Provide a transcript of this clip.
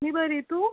मी बरी तू